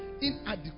inadequate